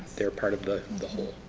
they are part of the the whole.